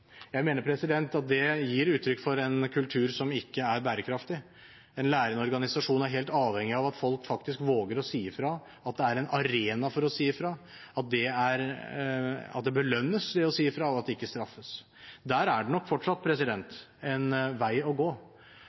Jeg mener det er uttrykk for en kultur som ikke er bærekraftig. En lærende organisasjon er helt avhengig av at folk faktisk våger å si ifra, at det er en arena for å si ifra, at det belønnes å si ifra, og at det ikke straffes. Der er det nok fortsatt en vei å gå.